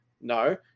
No